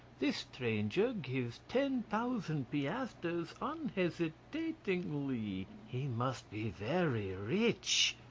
this stranger gives ten thousand piastres unhesitatingly! he must be very rich.